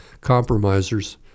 compromisers